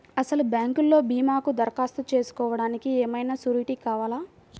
అసలు బ్యాంక్లో భీమాకు దరఖాస్తు చేసుకోవడానికి ఏమయినా సూరీటీ కావాలా?